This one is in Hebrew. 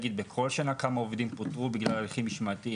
להגיד כמה עובדים פוטרו בכל שנה בגלל הליכים משמעתיים,